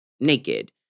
naked